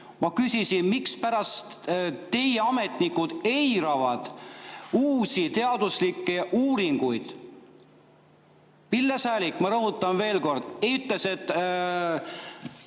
Ma küsisin, mispärast teie ametnikud eiravad uusi teaduslikke uuringuid. Pille Säälik, ma rõhutan veel kord, ütles, et